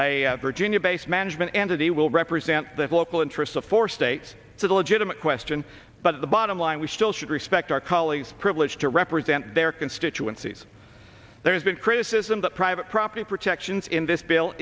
how a virginia based management and of the will represent the local interests of four states so the legitimate question but the bottom line we still should respect our colleagues privilege to represent their constituencies there's been criticism that private property protections in this bill